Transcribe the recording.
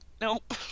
nope